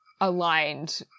aligned